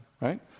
right